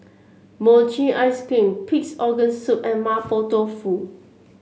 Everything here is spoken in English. Mochi Ice Cream Pig's Organ Soup and Mapo Tofu